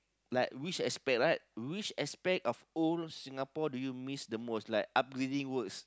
like which aspect right which aspect of old Singapore do you miss the most like upgrading works